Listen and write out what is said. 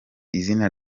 izina